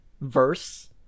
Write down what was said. verse